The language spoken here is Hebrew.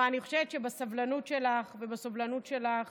אבל אני חושבת שבסבלנות שלך ובסובלנות שלך